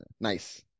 Nice